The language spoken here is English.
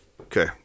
Okay